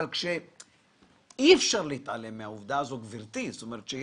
אי אפשר להתעלם מהעובדה שהוא אפילו לא